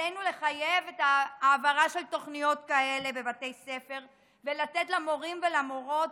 עלינו לחייב העברה של תוכניות כאלה בבתי ספר ולתת למורים ולמורות,